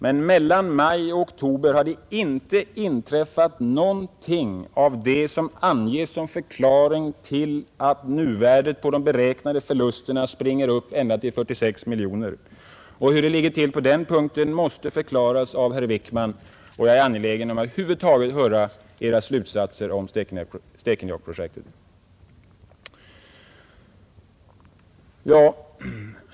Men mellan maj och oktober har det inte inträffat någonting av det som anges som förklaring till att nuvärdet på de beräknade förlusterna springer upp ända till 46 miljoner kronor. Hur det ligger till på den punkten måste förklaras av herr Wickman — och jag är angelägen om att över huvud taget höra Era slutsatser om Stekenjokkprojektet.